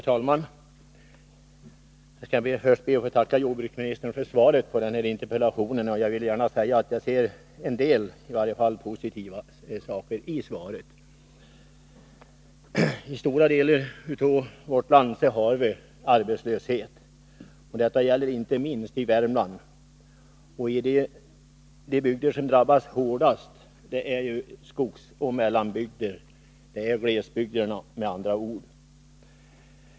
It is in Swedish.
Herr talman! Jag ber först att få tacka jordbruksministern för svaret. Jag vill gärna säga att jag ser en del positivt i svaret. I stora delar av vårt land har vi arbetslöshet. Detta gäller inte minst Värmland. De bygder som drabbas hårdast är skogsoch mellanbygderna, med andra ord glesbygderna.